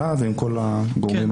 ועם כל הגורמים הממונים.